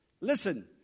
listen